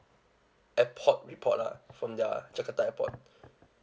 airport report lah from their jakarta airport